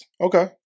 Okay